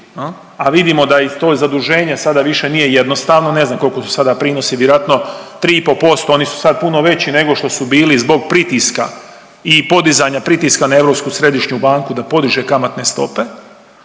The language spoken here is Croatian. a vidimo da i to zaduženje sada više nije jednostavno, ne znam kolko su sada prinosi, vjerojatno 3,5%, oni su sad puno veći nego što su bili zbog pritiska i podizanja pritiska na Europsku središnju banku da podiže kamatne stope,